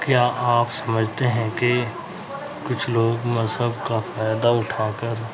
کیا آپ سمجھتے ہیں کہ کچھ لوگ مذہب کا فائدہ اٹھا کر